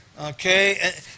Okay